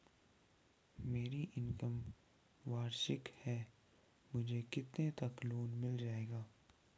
मेरी इनकम वार्षिक है मुझे कितने तक लोन मिल जाएगा?